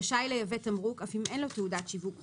רשאי לייבא תמרוק אף אם אין לו תעודת שיווק חופשי,